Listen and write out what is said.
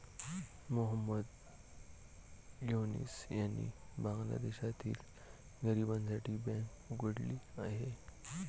मोहम्मद युनूस यांनी बांगलादेशातील गरिबांसाठी बँक उघडली आहे